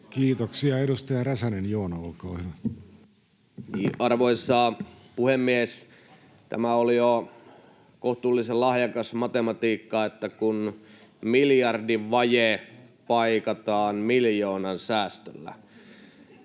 Kiitoksia. — Edustaja Räsänen, Joona, olkaa hyvä. Arvoisa puhemies! Tämä oli jo kohtuullisen lahjakasta matematiikkaa, että miljardin vaje paikataan miljoonan säästöllä.